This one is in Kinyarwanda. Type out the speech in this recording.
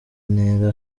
ntera